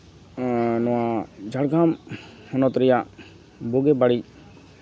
ᱱᱚᱣᱟ ᱡᱷᱟᱲᱜᱨᱟᱢ ᱦᱚᱱᱚᱛ ᱵᱩᱜᱤ ᱵᱟᱹᱲᱤᱡ